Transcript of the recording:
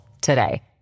today